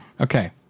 Okay